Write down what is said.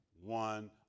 one